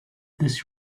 this